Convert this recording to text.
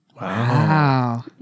Wow